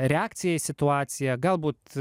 reakcija į situaciją galbūt